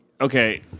okay